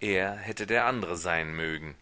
er hätte der andre sein mögen